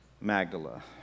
magdala